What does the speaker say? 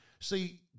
See